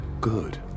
good